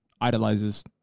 idolizes